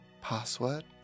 Password